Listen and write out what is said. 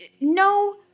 no